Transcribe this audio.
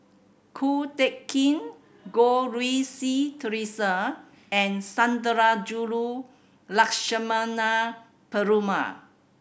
Ko Teck Kin Goh Rui Si Theresa and Sundarajulu Lakshmana Perumal